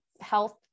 health